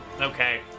okay